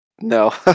No